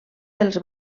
dels